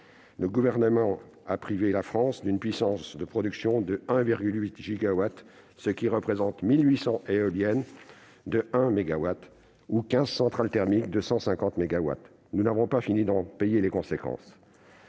le Gouvernement a privé la France d'une puissance de production de 1,8 gigawatt, ce qui représente 1 800 éoliennes de 1 mégawatt ou 15 centrales thermiques de 150 mégawatts. Nous n'avons pas fini d'en payer les conséquences